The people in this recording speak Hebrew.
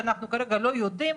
שאנחנו כרגע לא יודעים,